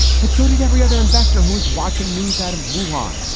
but so did every other investor who is watching news out of ruwan,